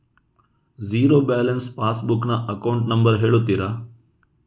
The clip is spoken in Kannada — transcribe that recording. ಝೀರೋ ಬ್ಯಾಲೆನ್ಸ್ ಪಾಸ್ ಬುಕ್ ನ ಅಕೌಂಟ್ ನಂಬರ್ ಹೇಳುತ್ತೀರಾ?